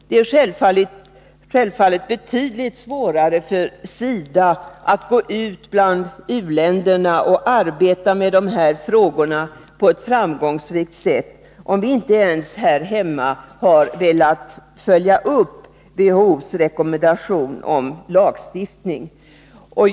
Det är självfallet betydligt svårare för SIDA att gå ut i u-länderna och arbeta med dessa frågor på ett framgångsrikt sätt, om vi inte ens här hemma vill följa upp WHO:s rekommendation om lagstiftning.